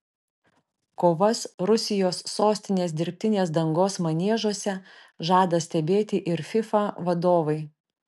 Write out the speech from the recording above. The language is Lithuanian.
kovas rusijos sostinės dirbtinės dangos maniežuose žada stebėti ir fifa vadovai